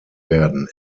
werden